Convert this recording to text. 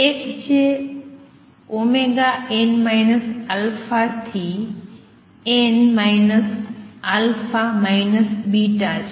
એક જે n αn α β છે